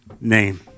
name